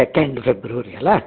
second February ಅಲ್ಲ